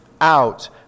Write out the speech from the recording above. out